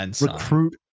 recruit